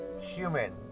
human